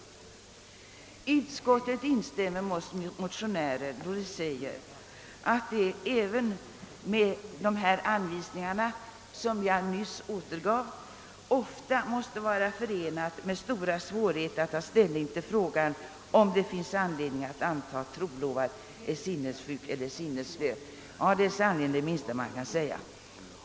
Utskottet instämmer med motionärerna och säger att det även med de anvisningar som jag nyss återgav »ofta måste vara förenat med stora svårigheter att ta ställning till frågan om det finns anledning att anta att trolovad är sinnessjuk eller sinnesslö». Ja, det är sannerligen det minsta man kan säga.